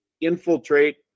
infiltrate